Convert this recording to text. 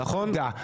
נקודה.